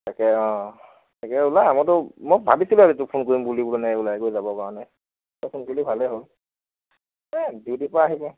তাকে অঁ তাকে ওলা মইতো মই ভাবিছিলোৱে আজি তোক ফোন কৰিম বুলি কাৰণে ওলাই কৰি যাবৰ কাৰণে তই ফোন কৰিলি ভালে হ'ল এই ডিউটিৰ পৰা আহি পাওঁ